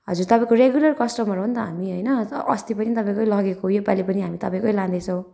हजुर तपाईँको regular customer हो नि त हामी होइन अस्ति पनि तपाईँकै लगेको योपालि पनि तपाईँकै लाँदैछौँ